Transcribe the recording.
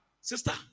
Sister